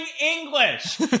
English